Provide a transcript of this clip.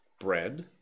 bread